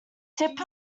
tip